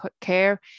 care